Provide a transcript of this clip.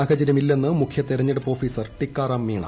സാഹചര്യമില്ലെന്ന് മുഖ്യിതിർഞ്ഞെടുപ്പ് ഓഫീസർ ടിക്കാറാം മീണ